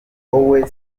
wowe